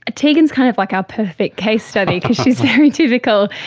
ah tegan is kind of like our perfect case study because she is very typical.